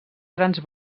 grans